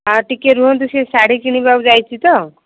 ହଁ ଟିକେ ରୁହନ୍ତୁ ସେ ଶାଢ଼ୀ କିଣିବାକୁ ଯାଇଛି ତ